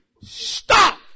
stop